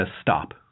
stop